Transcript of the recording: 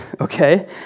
okay